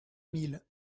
mille